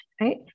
Right